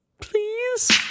please